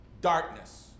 darkness